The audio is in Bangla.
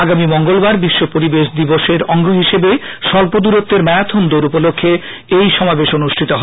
আগামী মঙ্গলবার বিশ্ব পরিবেশ দিবসের অঙ্গ হিসেবে স্বল্প দরঘ্বর ম্যারাখন দৌড উপলক্ষে এই সমাবেশ অনুষ্ঠিত হয়